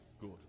Good